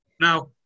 Now